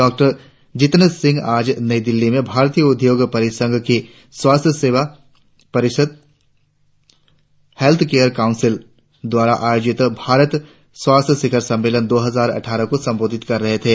डॉ जितेन्द्र सिंह आज नई दिल्ली में भारतीय उद्योग परिसंघ की स्वास्थ्य सेवा परिषद हेल्थकेयर काउंसिल द्वारा आयोजित भारत स्वास्थ्य शिखर सम्मेलन दो हजार अट्ठारह को संबोधित कर रहे थे